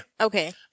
okay